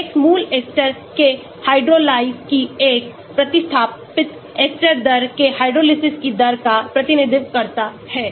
Kx मूल ester के hydrolyse की एक प्रतिस्थापित एस्टर दर के हाइड्रोलिसिस की दर का प्रतिनिधित्व करता है